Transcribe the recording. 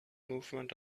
movement